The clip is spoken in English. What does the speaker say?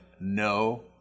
no